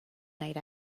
night